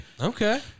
Okay